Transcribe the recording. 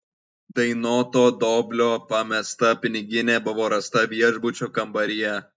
dainoto doblio pamesta piniginė buvo rasta viešbučio kambaryje